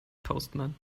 postman